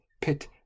pit